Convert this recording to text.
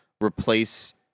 replace